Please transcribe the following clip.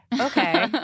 okay